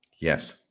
yes